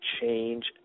change